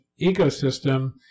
ecosystem